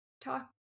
talk